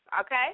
okay